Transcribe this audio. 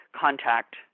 contact